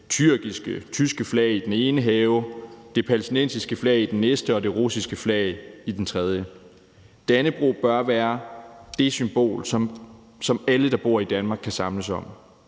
med tyrkiske og tyske flag i den ene have, det palæstinensiske flag i den næste og det russiske flag i den tredje. Dannebrog bør være det symbol, som alle, der bor i Danmark, kan samles om.